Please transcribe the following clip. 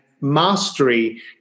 mastery